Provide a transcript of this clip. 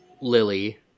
Lily